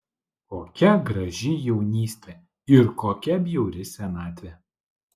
kokia graži jaunystė ir kokia bjauri senatvė